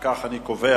אם כך, אני קובע: